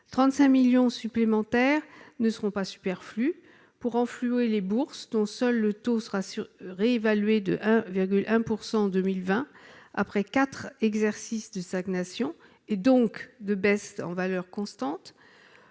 35 millions d'euros supplémentaires ne seront pas superflus pour renflouer les bourses, dont seul le taux sera réévalué de 1,1 % en 2020, après quatre exercices de stagnation et, donc, de baisse en valeur constante,